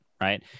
right